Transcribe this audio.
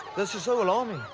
this is so alarming.